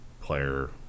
player